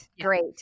great